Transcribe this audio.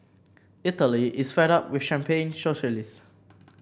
Italy is fed up with champagne socialist